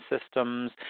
systems